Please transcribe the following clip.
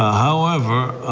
however,